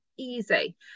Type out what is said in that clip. easy